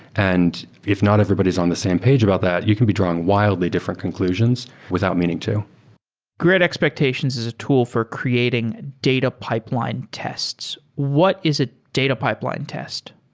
and if not everybody's on the same page about that, you can be drawn wildly different conclusions without meaning to great expectations is a tool for creating data pipeline tests. what is a data pipeline test?